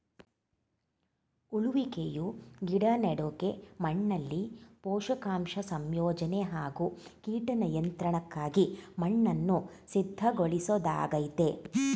ಉಳುವಿಕೆಯು ಗಿಡ ನೆಡೋಕೆ ಮಣ್ಣಲ್ಲಿ ಪೋಷಕಾಂಶ ಸಂಯೋಜನೆ ಹಾಗೂ ಕೀಟ ನಿಯಂತ್ರಣಕ್ಕಾಗಿ ಮಣ್ಣನ್ನು ಸಿದ್ಧಗೊಳಿಸೊದಾಗಯ್ತೆ